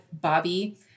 Bobby